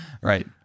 Right